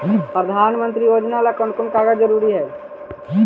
प्रधानमंत्री योजना ला कोन कोन कागजात जरूरी है?